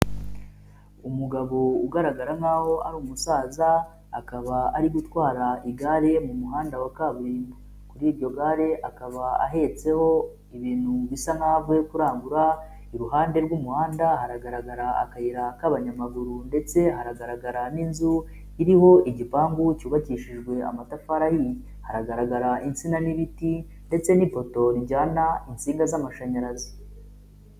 Umugabo ugaragara nkaho ari umusaza akaba ari gutwara igare mu muhanda wa kaburimbo, kuri iryo gare akaba ahetseho ibintu bisa nkaho avuye kurangura, iruhande rw'umuhanda hagaragara akayira k'abanyamaguru ndetse haragaragara n'inzu iriho igipangu cyubakishijwe amatafari ahiye, hagaragara insina n'ibiti ndetse n'ipoto rijyana insinga z'amashanyarazi.